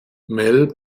mel